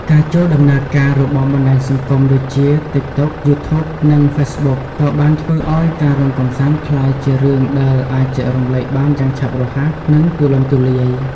ការចូលដំណើរការរបស់បណ្តាញសង្គមដូចជា TikTok, YouTube និង Facebook ក៏បានធ្វើឲ្យការរាំកម្សាន្តក្លាយជារឿងដែលអាចចែករំលែកបានយ៉ាងឆាប់រហ័ស និងទូលំទូលាយ។